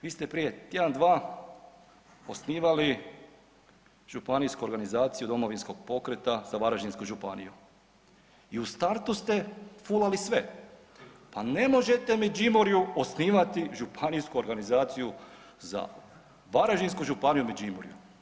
Vi ste prije tjedan, dva osnivali županijsku organizaciju Domovinskog pokreta za Varaždinsku županiju i u startu ste fulali sve, pa ne možete u Međimurju osnivati županijsku organizaciju za Varaždinsku županiju u Međimurju.